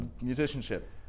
musicianship